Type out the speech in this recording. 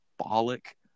symbolic